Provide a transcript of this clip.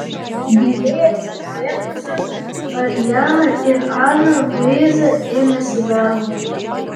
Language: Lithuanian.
giliai atsikvėpusios ariana ir ana luiza ėmėsi darbo